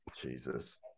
Jesus